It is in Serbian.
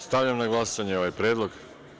Stavljam na glasanje ovaj predlog.